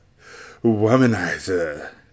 Womanizer